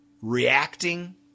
reacting